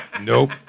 Nope